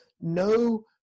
no